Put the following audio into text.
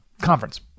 conference